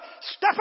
step